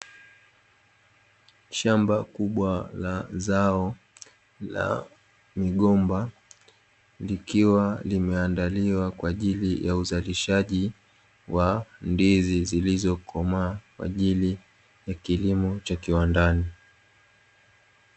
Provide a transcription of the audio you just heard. Shamba kubwa la zao la migomba, likiwa limeandaliwa kwa ajili ya uzalishaji wa ndizi zilizokomaa kwa ajili ya kilimo cha kiwandani.